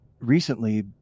recently